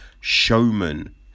Showman